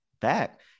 back